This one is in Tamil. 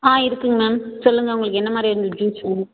ஆ இருக்குங்க மேம் சொல்லுங்கள் உங்களுக்கு என்ன மாதிரியான ஜூஸ் வேணும்